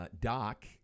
Doc